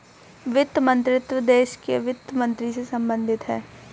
वित्त मंत्रीत्व देश के वित्त मंत्री से संबंधित है